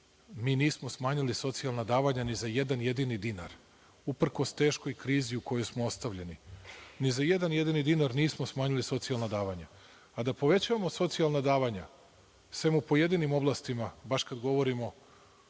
mi nismo smanjili socijalna davanja ni za jedan jedini dinar, uprkos teškoj krizi u kojoj smo ostavljeni, ni za jedan jedini dinar nismo smanjili socijalna davanja. Da povećamo socijalna davanja, osim u pojedinim oblastima, baš kada govorimo